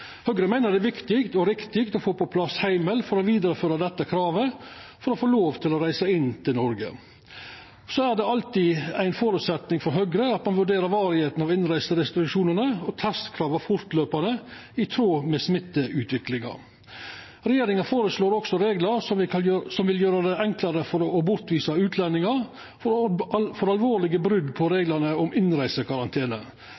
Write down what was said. Høgre meiner det er viktig og riktig å få på plass heimel for å vidareføra dette kravet for å få lov til å reisa inn i Noreg. Det er alltid ein føresetnad for Høgre at ein vurderer varigheita av innreiserestriksjonane og testkrava fortløpande, i tråd med smitteutviklinga. Regjeringa føreslår også reglar som vil gjera det enklare å bortvisa utlendingar for alvorlege brot på